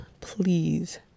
please